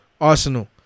Arsenal